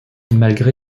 malgré